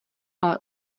ale